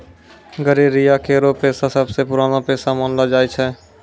गड़ेरिया केरो पेशा सबसें पुरानो पेशा मानलो जाय छै